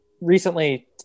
Recently